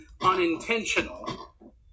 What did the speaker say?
unintentional